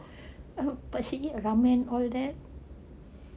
but she eat ramen all that